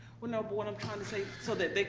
well, no, but what i'm trying to say, so that they.